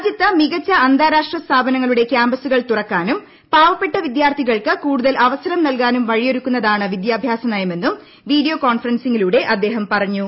രാജ്യത്ത് മികച്ച അന്താരാഷ്ട്ര സ്ഥാപനങ്ങളുടെ കാമ്പസുകൾ തുറക്കാനും പാവപ്പെട്ട വിദ്യാർത്ഥിക ൾക്ക് കൂടുതൽ അവസരം നൽകാനും വഴിയൊരുക്കുന്നതാണ് വിദ്യാഭ്യാസ നയമെന്നും വീഡിയോ കോൺഫറൻസിംഗിലൂടെ അദ്ദേഹം പറഞ്ഞു